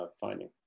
finding